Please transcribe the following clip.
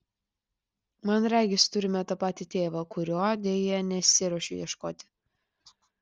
man regis turime tą patį tėvą kurio deja nesiruošiu ieškoti